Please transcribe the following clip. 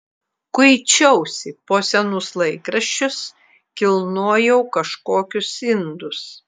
kuičiausi po senus laikraščius kilnojau kažkokius indus